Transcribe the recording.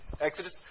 Exodus